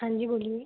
हांजी बोलिए